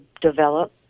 develop